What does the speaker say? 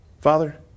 Father